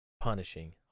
punishing